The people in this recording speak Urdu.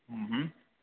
ہوں ہوں